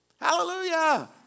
Hallelujah